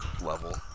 level